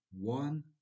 one